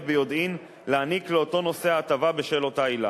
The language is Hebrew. ביודעין להעניק לאותו נוסע הטבה בשל אותה עילה.